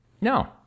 No